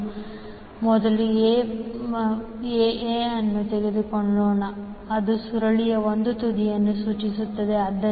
ನಾವು ಮೊದಲು a a 'ಅನ್ನು ತೆಗೆದುಕೊಳ್ಳೋಣ ಅದು ಸುರುಳಿಯ 1 ತುದಿಯನ್ನು ಸೂಚಿಸುತ್ತದೆ